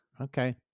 Okay